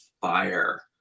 fire